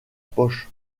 poche